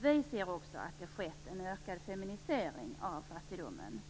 Vi ser också att det har skett en ökad feminisering av fattigdomen.